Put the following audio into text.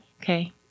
Okay